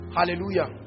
Hallelujah